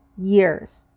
years